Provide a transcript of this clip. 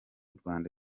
rwanda